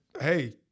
Hey